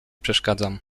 przeszkadzam